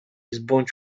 zbądź